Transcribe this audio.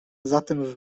zatem